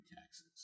taxes